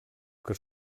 que